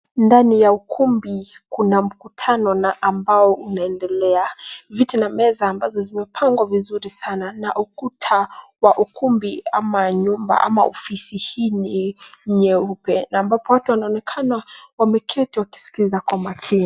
Ndani ya ukumbi kuna mkutano na ambao unaendelea. Viti na meza ambavyo zimepangwa vizuri sana na ukuta wa ukumbi ama nyumba ama ofisi hii ni nyeupe na ambapo watu wanaonekana wameketi wakiskiliza kwa umakini.